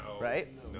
Right